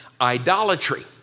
idolatry